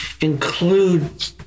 include